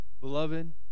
Beloved